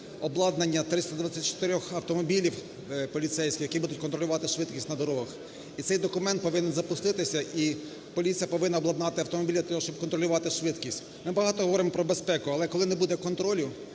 обладнання 324 автомобілів поліцейських, які будуть контролювати швидкість на дрогах. І цей документ повинен запуститися і поліція повинна обладнати автомобілі для того, щоб контролювати швидкість. Ми багато говоримо про безпеку, але коли не буде контролю,